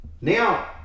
now